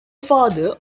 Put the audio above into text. father